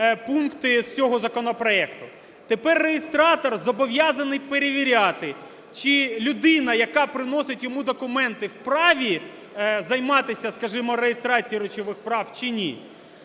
пункти з цього законопроекту. Тепер реєстратор зобов'язаний перевіряти, чи людина, яка приносить йому документи, в праві займатися, скажімо, реєстрацією речових прав, чи ні.